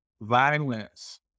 violence